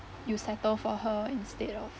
you settle for her instead of